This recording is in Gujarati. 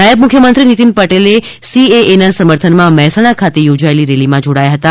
નાયબ મુખ્યમંત્રી નીતીન પટેલે સીએએના સમર્થનમાં મહેસાણા ખાતે યોજાયેલી રેલીમાં જોડાયા હતા